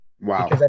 Wow